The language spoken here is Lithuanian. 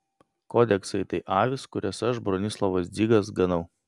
kodeksai tai avys kurias aš bronislovas dzigas ganau